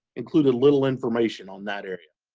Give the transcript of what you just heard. included little information on that area.